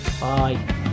Bye